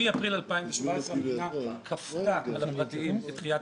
מאפריל 2017 המדינה כפתה על הפרטיים את דחיית